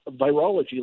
virology